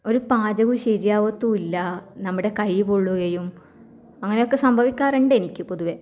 ഒരു പാചകവും ശരിയാവത്തുമില്ല നമ്മുടെ കൈ പൊള്ളുകയും അങ്ങനെ ഒക്കെ സംഭവിക്കാറുണ്ട് എനിക്ക് പൊതുവേ